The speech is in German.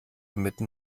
mitten